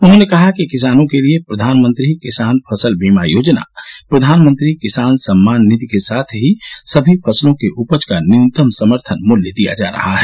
उन्होंने कहा कि किसानों के लिए प्रधानमंत्री किसान फसल बीमा योजना प्रधानमंत्री किसान सम्मान निधि के साथ ही समी फसलों के उपज का न्यूनतम समर्थन मूल्य दिया जा रहा है